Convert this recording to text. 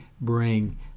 bring